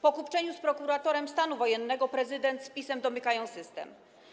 Po kupczeniu z prokuratorem stanu wojennego prezydent z PiS-em domykają system.